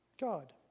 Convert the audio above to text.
God